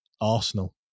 Arsenal